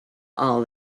all